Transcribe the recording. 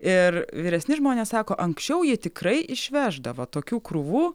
ir vyresni žmonės sako anksčiau jie tikrai išveždavo tokių krūvų